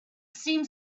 seemed